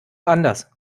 anders